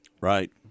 Right